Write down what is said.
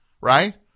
right